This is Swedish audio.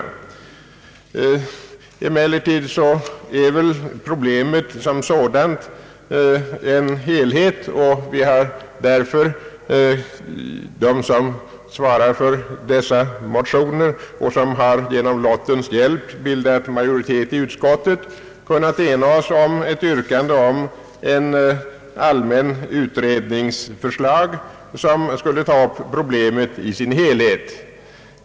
Emellertid är väl problemet som sådant en helhet, och de som svarar för dessa motioner och som med lottens hjälp bildat majoritet i utskottet har kunnat ena sig om ett förslag till en allmän utredning som skulle ta upp problemet i dess helhet.